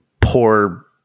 poor